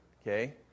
okay